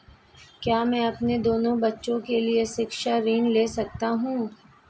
क्या मैं अपने दोनों बच्चों के लिए शिक्षा ऋण ले सकता हूँ?